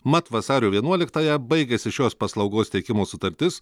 mat vasario vienuoliktąją baigėsi šios paslaugos teikimo sutartis